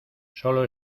sólo